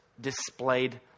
displayed